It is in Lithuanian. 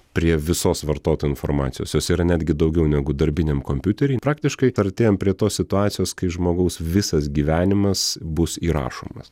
prie visos vartotojų informacijos jos yra netgi daugiau negu darbiniam kompiutery praktiškai artėjam prie tos situacijos kai žmogaus visas gyvenimas bus įrašomas